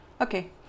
Okay